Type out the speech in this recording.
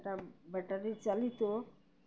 এটা ব্যাটারি চালিত